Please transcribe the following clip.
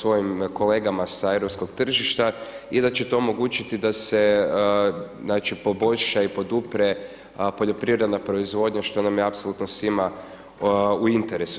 svojim kolegama sa europskog tržišta i da će to omogućiti da se znači poboljša i podupre poljoprivredna proizvodnja što nam je apsolutno svima u interesu.